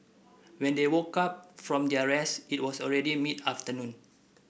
when they woke up from their rest it was already mid afternoon